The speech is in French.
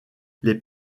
les